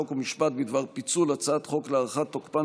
חוק ומשפט בדבר פיצול הצעת חוק להארכת תוקפן